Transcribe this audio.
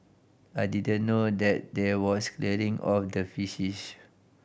I didn't know that there was clearing of the fishes